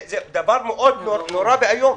זה דבר נורא ואיום.